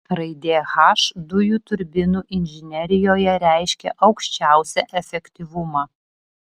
raidė h dujų turbinų inžinerijoje reiškia aukščiausią efektyvumą